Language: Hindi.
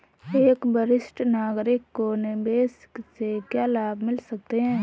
एक वरिष्ठ नागरिक को निवेश से क्या लाभ मिलते हैं?